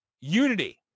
unity